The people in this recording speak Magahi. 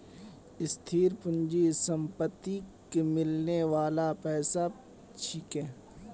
स्थिर पूंजी संपत्तिक मिलने बाला पैसा छिके